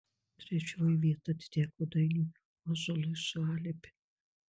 trečioji vieta atiteko dainiui ozolui su alibi